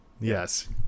yes